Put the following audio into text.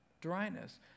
dryness